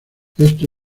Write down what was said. esto